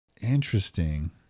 Interesting